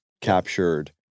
captured